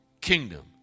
kingdom